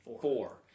four